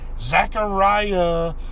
Zachariah